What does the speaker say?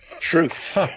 Truth